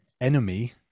enemy